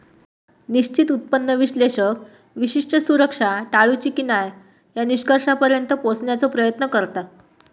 निश्चित उत्पन्न विश्लेषक विशिष्ट सुरक्षा टाळूची की न्हाय या निष्कर्षापर्यंत पोहोचण्याचो प्रयत्न करता